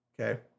Okay